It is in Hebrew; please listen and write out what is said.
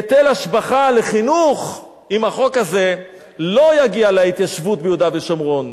היטל השבחה לחינוך עם החוק הזה לא יגיע להתיישבות ביהודה ושומרון,